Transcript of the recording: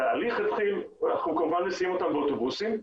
אנחנו כמובן מסיעים אותם באוטובוסים,